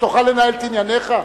שתוכל לנהל את ענייניך?